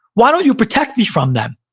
why don't you protect me from them?